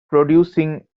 producing